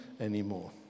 anymore